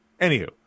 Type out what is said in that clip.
Anywho